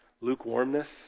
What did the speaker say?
lukewarmness